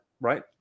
right